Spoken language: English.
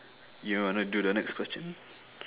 you want to do the next question